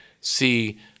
see